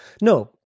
no